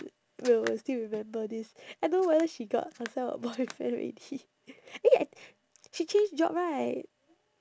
will will still remember this I don't know whether she got herself a boyfriend already eh I she change job right